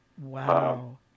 Wow